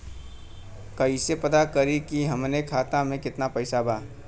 कइसे पता करि कि हमरे खाता मे कितना पैसा बा?